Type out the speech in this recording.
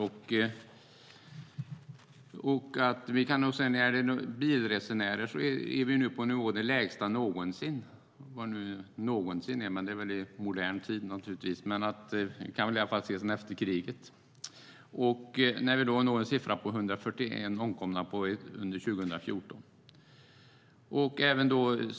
Vi kan nog säga att vi, när det gäller bilresenärer, är på den lägsta nivån någonsin. Man kan fråga sig vad "någonsin" är, men det är naturligtvis i modern tid. Det kan väl i alla fall ses som efter kriget. Vi når då en siffra på 141 omkomna under 2014.